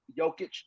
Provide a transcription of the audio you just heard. Jokic